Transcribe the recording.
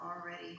already